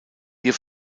ihr